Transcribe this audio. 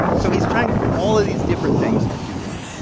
so he's trying all of these different things to do that.